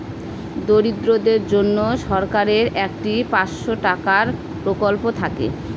দরিদ্রদের জন্য সরকারের একটি পাঁচশো টাকার প্রকল্প থাকে